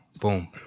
boom